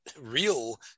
real